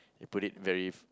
put it very